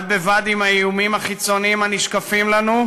בד בבד עם האיומים החיצוניים הנשקפים לנו,